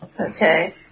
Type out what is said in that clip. Okay